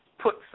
put